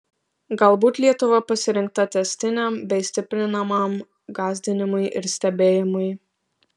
galbūt lietuva pasirinkta tęstiniam bei stiprinamam gąsdinimui ir stebėjimui